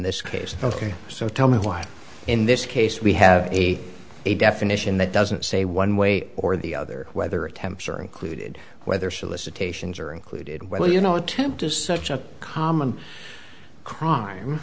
this case ok so tell me why in this case we have a definition that doesn't say one way or the other whether attempts are included whether solicitations are included well you know attempt is such a common crime